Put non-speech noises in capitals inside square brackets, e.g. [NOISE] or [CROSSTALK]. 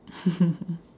[LAUGHS]